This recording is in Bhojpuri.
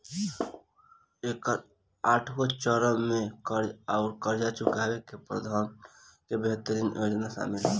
एकर आठगो चरन में कर्ज आउर कर्ज चुकाए के प्रबंधन के बेहतरीन योजना सामिल ह